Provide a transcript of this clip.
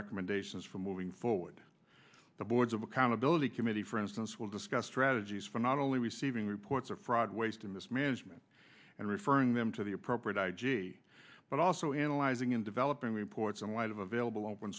recommendations for moving forward the boards of accountability committee for instance will discuss strategies for not only receiving reports of fraud waste and mismanagement and referring them to the appropriate i g but also analyzing and developing reports in light of available open